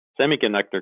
semiconductor